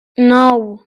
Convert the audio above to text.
nou